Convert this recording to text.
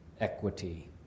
equity